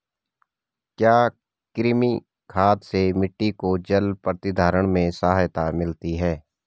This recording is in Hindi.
क्या कृमि खाद से मिट्टी को जल प्रतिधारण में सहायता मिलती है?